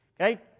Okay